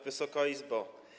Wysoka Izbo!